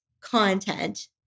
content